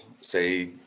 say